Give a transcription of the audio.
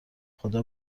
خدا